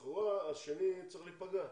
אז לכאורה השני צריך להיפגע,